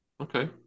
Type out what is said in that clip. okay